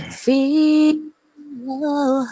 feel